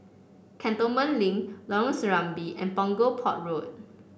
Cantonment Link Lorong Serambi and Punggol Port Road